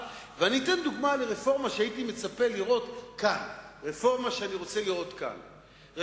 ואני רוצה לראות בוועדה למינוי שופטים דיין בבית-הדין הגדול